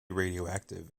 radioactive